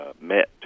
met